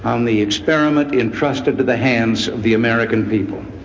um the experiment entrusted to the hands of the american people.